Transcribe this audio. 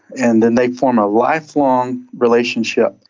and then they form a lifelong relationship.